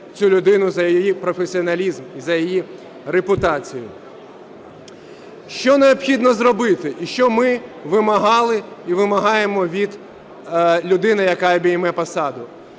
цю людину за ї професіоналізм, за її репутацію. Що необхідно зробити і що ми вимагали, і вимагаємо від людини, яка обійме посаду?